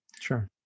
Sure